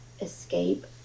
escape